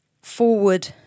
Forward